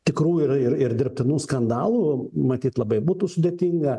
tikrų ir ir dirbtinų skandalų matyt labai būtų sudėtinga